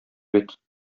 бит